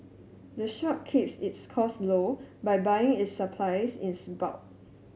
the shop keeps its costs low by buying its supplies in bulk